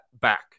back